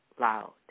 loud